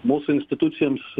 mūsų institucijoms